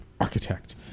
Architect